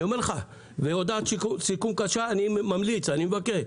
אני אומר לך, אני ממליץ ומבקש,